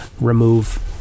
remove